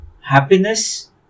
happiness